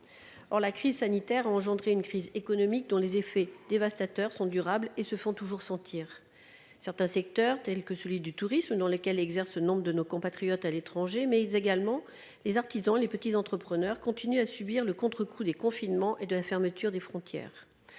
Or la crise sanitaire a provoqué une crise économique dont les effets dévastateurs sont durables et se font toujours sentir. Certains secteurs, comme celui du tourisme, dans lequel exercent nombre de nos compatriotes à l'étranger, mais également les artisans et les petits entrepreneurs continuent de subir le contrecoup des confinements et de la fermeture des frontières.